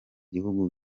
gihugu